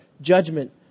judgment